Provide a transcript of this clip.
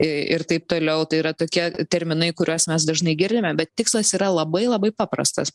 ir taip toliau tai yra tokie terminai kuriuos mes dažnai girdime bet tikslas yra labai labai paprastas